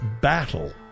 battle